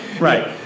Right